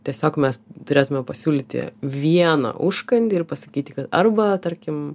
tiesiog mes turėtume pasiūlyti vieną užkandį ir pasakyti kad arba tarkim